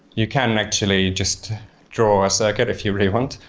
you can actually just draw a circuit if you really want,